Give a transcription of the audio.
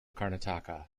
karnataka